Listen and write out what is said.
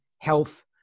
health